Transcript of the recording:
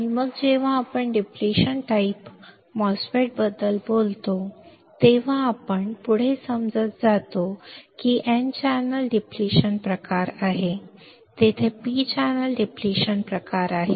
आणि मग जेव्हा आपण डिप्लेशन टाइप MOSFET बद्दल बोलतो तेव्हा आपण पुढे समजतो की N चॅनेल डिप्लेशन प्रकार आहे तेथे P चॅनेल डिप्लेशन प्रकार आहे